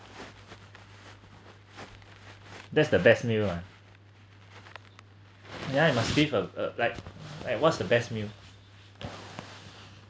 that is the best meal ah ya you it must be a uh like like what's the best meal